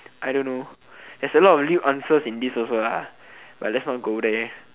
I don't know there's a lot of lewd answers in this also lah but let's not go there